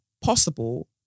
possible